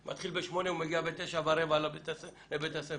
הוא מתחיל בשמונה ומגיע בתשע ורבע לבית הספר,